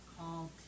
called